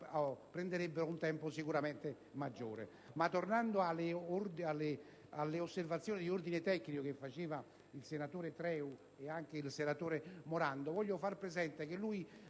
prenderebbero un tempo sicuramente maggiore. Tornando alle osservazioni di ordine tecnico svolte dal senatore Ichino e dal senatore Morando, voglio far presente che nel